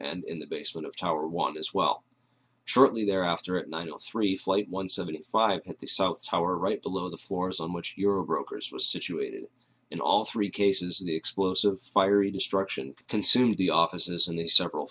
and in the basement of tower one as well shortly thereafter at nine o three flight one seventy five at the south tower right below the floors a much your broker's was situated in all three cases the explosive fiery destruction consumed the offices and the several